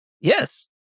Yes